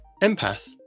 Empath